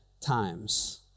times